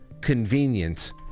convenient